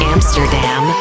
Amsterdam